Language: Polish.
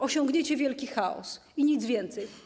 Osiągniecie wielki chaos i nic więcej.